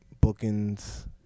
Bookings